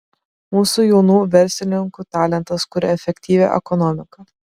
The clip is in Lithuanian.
mūsų jaunų verslininkų talentas kuria efektyvią ekonomiką